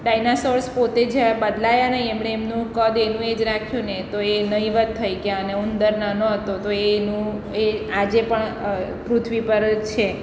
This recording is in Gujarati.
ડાયનાસોર્સ પોતે જ બદલાયા નહિ એમણે એમનું કદ એનું એ જ રાખ્યું ને તો એ નહીંવત થઈ ગ્યા અને ઉંદર નાનો હતો તો એ એનું એ આજે પણ પૃથ્વી પર જ છે